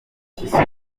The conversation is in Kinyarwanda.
cy’isuku